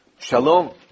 Shalom